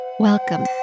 Welcome